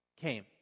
came